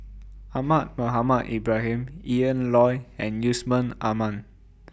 Ahmad Mohamed Ibrahim Ian Loy and Yusman Aman